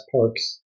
parks